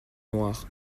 noires